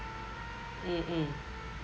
mm mm